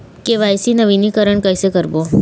KYC नवीनीकरण कैसे करबो?